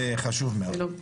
זה חשוב מאוד.